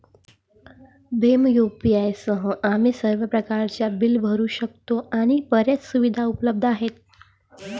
Bhim UPI सह, आम्ही सर्व प्रकारच्या बिले भरू शकतो आणि बर्याच सुविधा उपलब्ध आहेत